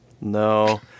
No